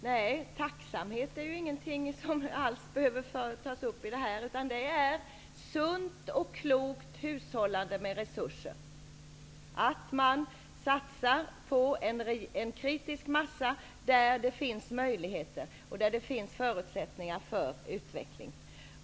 Herr talman! Nej, man behöver inte alls ta upp tacksamhet i det här sammanhanget. Det är sunt och klokt hushållande med resurser att man satsar på en kritisk massa där det finns möjligheter och där det finns förutsättningar för utveckling.